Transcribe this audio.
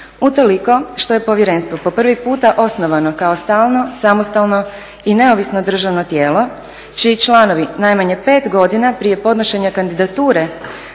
Utoliko što je povjerenstvo po prvi puta osnovano kao stalno samostalno i neovisno državno tijelo čiji članovi najmanje pet godina prije podnošenja kandidature